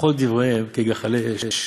וכל דבריהם כגחלי אש.